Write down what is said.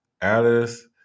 Alice